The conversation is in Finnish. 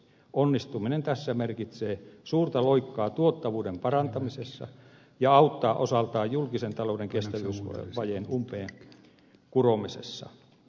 onnistuminen tässä merkitsee suurta loikkaa tuottavuuden parantamisessa ja auttaa osaltaan julkisen talouden kestävyysvajeen umpeen kuromisessa